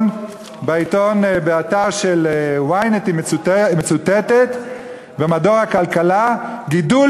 באתר של ynet היא מצוטטת במדור הכלכלה: גידול